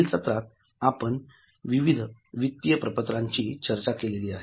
पुढील सत्रात आपण विविध वित्तीय प्रपत्रांची चर्चा केली आहे